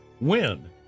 win